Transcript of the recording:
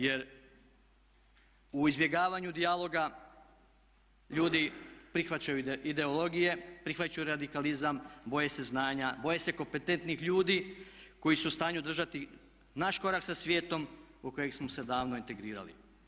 Jer u izbjegavanju dijaloga ljudi prihvaćaju ideologije, prihvaćaju radikalizam, boje se znanja, boje se kompetentnih ljudi koji su u stanju držati naš korak sa svijetom u kojeg smo se davno integrirali.